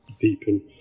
deepen